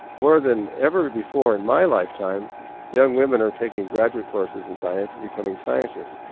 more than ever before, in my lifetime young women are taking graduate courses in science and becoming scientists.